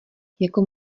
jako